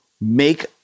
make